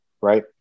right